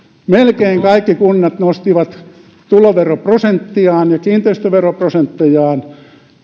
melkein kaikki kunnat nostivat tuloveroprosenttiaan ja kiinteistöveroprosenttiaan